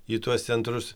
į tuos centrus